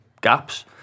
gaps